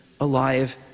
alive